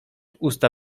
usta